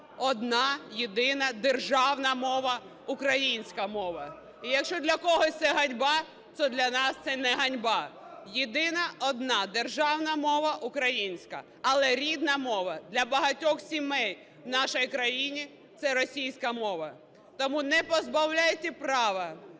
одна єдина державна мова – українська мова. І, якщо для когось це ганьба, то для нас це не ганьба. Єдина одна державна мова – українська, але рідна мова для багатьох сімей в нашій країні – це російська мова. Тому не позбавляйте права